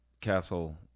castle